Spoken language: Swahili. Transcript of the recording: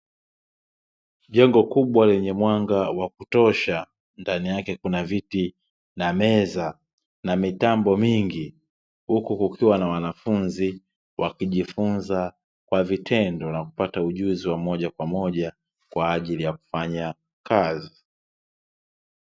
Jengo kubwa lenye mwanga wa kutosha, ndani yake kuna viti na meza na mitambo mingi, huku kukiwa na wanafunzi wakijifunza kwa vitendo na kupata ujuzi wa moja kwa moja kwa ajili ya kufanya kazi.